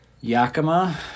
yakima